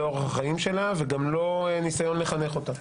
לא אורח החיים שלה וגם לא ניסיון לחנך אותה.